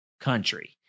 country